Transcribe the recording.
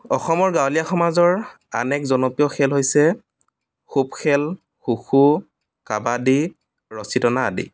অসমৰ গাঁৱলীয়া সমাজৰ আন এক জনপ্ৰিয় খেল হৈছে খোপ খেল খো খো কাবাদি ৰছী টনা আদি